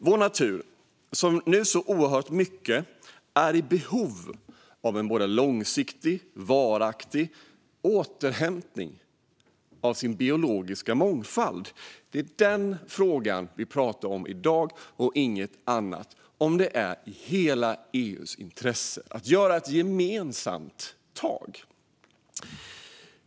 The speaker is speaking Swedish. Vår natur är nu i oerhört stort behov av en både långsiktig och varaktig återhämtning av sin biologiska mångfald. Det är den frågan vi talar om i dag och inget annat. Ligger det i hela EU:s intresse att ta ett gemensamt tag?